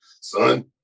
Son